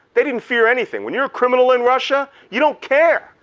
they didn't fear anything. when you're a criminal in russia, you don't care.